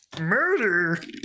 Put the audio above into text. murder